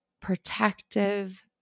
protective